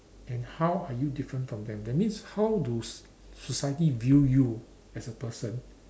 and how are you different from them that means how do s~ society view you as a person